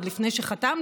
עוד לפני שחתמת,